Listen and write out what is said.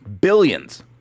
billions